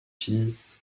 fils